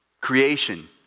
Creation